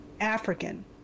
African